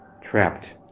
trapped